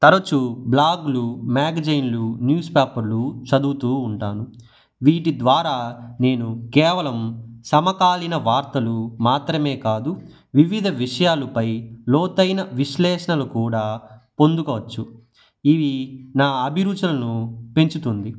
తరచు బ్లాగ్లు మ్యాగజైన్లు న్యూస్ పేపర్లు చదువుతూ ఉంటాను వీటి ద్వారా నేను కేవలం సమకాలీన వార్తలు మాత్రమే కాదు వివిధ విషయాలపై లోతైన విశ్లేషణలు కూడా పొందుకోవచ్చు ఇవి నా అభిరుచులను పెంచుతుంది